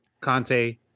Conte